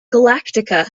galactica